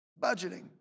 Budgeting